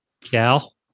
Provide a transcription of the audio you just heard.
Cal